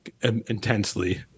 intensely